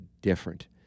different